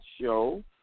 show